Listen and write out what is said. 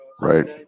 Right